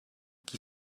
qui